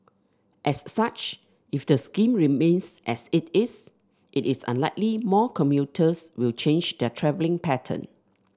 as such if the scheme remains as it is it is unlikely more commuters will change their travelling pattern